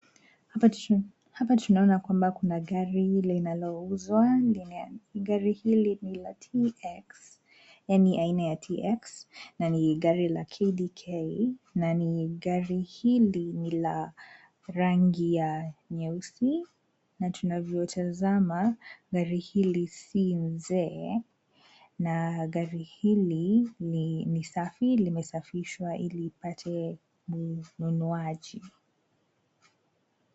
Hapa tuna hapa tunaona kwamba kuna gari hili linalouzwa. Gari hili ni la tx. Hii ni aina ya tx na ni gari la kdk na ni gari hili ni la rangi ya nyeusi na tunavyotazama, gari hili si nzee na gari hili ni safi limesafishwa ili ipate mnunuaji.